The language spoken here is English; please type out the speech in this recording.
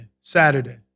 Saturday